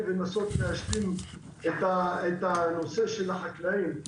ואני חייב להשלים את הנושא של החקלאים.